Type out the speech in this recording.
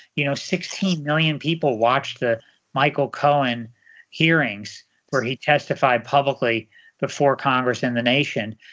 you know sixteen million people watched the michael cohen hearings where he testified publicly before congress and the nation.